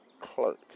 clerk